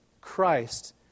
Christ